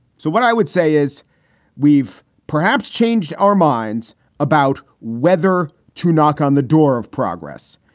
so what i would say is we've perhaps changed our minds about whether to knock on the door of progress.